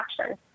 action